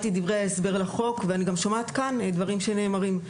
קראתי את דברי ההסבר לחוק ואני גם שומעת כאן את הדברים שנאמרים.